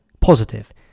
positive